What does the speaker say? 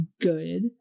good